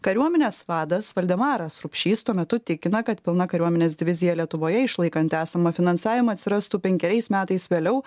kariuomenės vadas valdemaras rupšys tuo metu tikina kad pilna kariuomenės divizija lietuvoje išlaikant esamą finansavimą atsirastų penkeriais metais vėliau